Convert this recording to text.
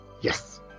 Yes